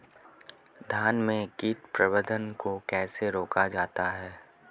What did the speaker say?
धान में कीट प्रबंधन को कैसे रोका जाता है?